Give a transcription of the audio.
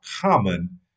common